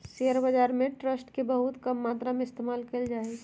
share बाजार में trust के बहुत कम मात्रा में इस्तेमाल कइल जा हई